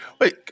wait